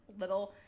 little